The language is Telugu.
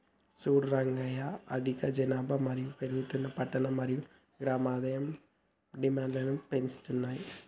సూడు రంగయ్య అధిక జనాభా మరియు పెరుగుతున్న పట్టణ మరియు గ్రామం ఆదాయం డిమాండ్ను పెంచుతున్నాయి